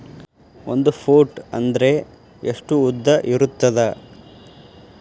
ಒಂದು ಫೂಟ್ ಅಂದ್ರೆ ಎಷ್ಟು ಉದ್ದ ಇರುತ್ತದ?